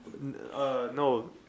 No